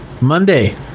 Monday